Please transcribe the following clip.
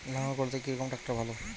লাঙ্গল করতে কি রকম ট্রাকটার ভালো?